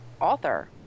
author